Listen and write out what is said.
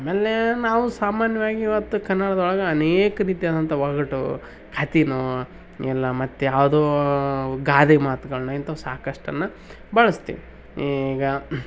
ಆಮೇಲೆ ನಾವು ಸಾಮಾನ್ಯವಾಗಿ ಇವತ್ತು ಕನ್ನಡದೊಳಗೆ ಅನೇಕ ರೀತಿ ಆದಂಥ ಒಗಟು ಕತೆನೋ ಇಲ್ಲ ಮತ್ತು ಯಾವುದೋ ಗಾದೆ ಮಾತುಗಳ್ನ ಇಂಥವ್ ಸಾಕಷ್ಟನ್ನು ಬಳಸ್ತೇವೆ ಈಗ